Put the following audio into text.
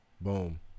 Boom